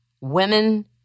Women